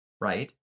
right